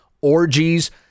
orgies